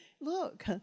Look